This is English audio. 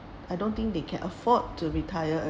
I don't think they can afford to retire